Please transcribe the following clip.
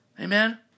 Amen